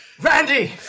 Randy